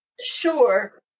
sure